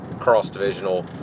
cross-divisional